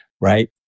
right